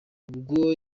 ubwo